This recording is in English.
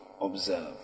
Observe